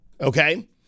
okay